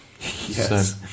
Yes